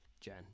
Jen